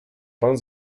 pan